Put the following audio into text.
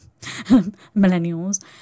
millennials